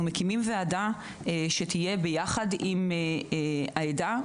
אנחנו מקימים ועדה יחד עם נציגי העדה.